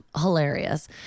hilarious